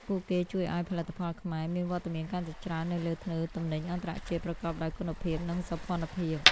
ពួកគេជួយឱ្យ "ផលិតផលខ្មែរ" មានវត្តមានកាន់តែច្រើននៅលើធ្នើរទំនិញអន្តរជាតិ ប្រកបដោយគុណភាព និងសោភ័ណភាព។